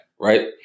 right